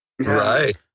Right